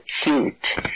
cute